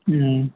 ಹ್ಞೂ